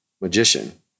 magician